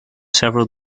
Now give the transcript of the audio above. several